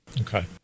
Okay